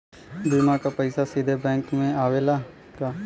बीमा क पैसा सीधे बैंक में आवेला का?